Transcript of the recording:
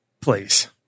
Please